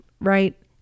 right